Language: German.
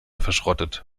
verschrottet